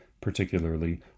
particularly